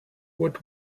what